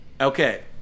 Okay